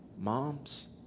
Moms